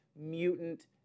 Mutant